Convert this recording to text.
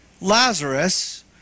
Lazarus